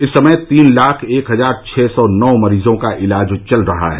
इस समय तीन लाख एक हजार छः सौ नौ मरीजों का इलाज चल रहा है